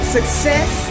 Success